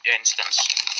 instance